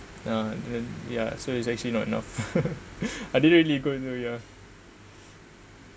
ya then ya so is actually not enough I didn't really go anywhere ya